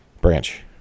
branch